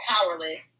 powerless